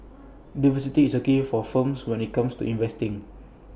diversity is key for firms when IT comes to investing